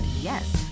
yes